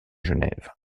genève